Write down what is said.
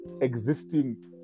existing